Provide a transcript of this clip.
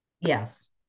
yes